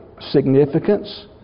significance